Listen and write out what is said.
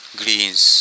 greens